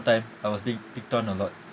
time I was being picked on a lot